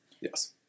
Yes